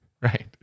Right